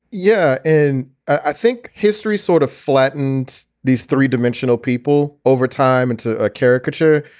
yeah and i think history sort of flattened these three dimensional people over time into a caricature,